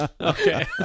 Okay